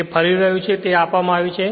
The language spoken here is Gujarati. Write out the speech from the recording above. તેથી તે ફરી રહ્યું છે તે આપવામાં આવ્યું છે